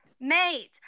Mate